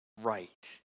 right